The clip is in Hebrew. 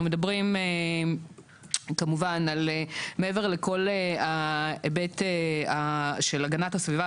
אנחנו מדברים כמובן מעבר לכל ההיבט של הגנת הסביבה,